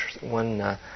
One